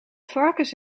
varkens